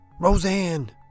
Roseanne